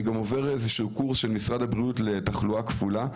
אני עובר קורס של משרד הבריאות לתחלואה כפולה,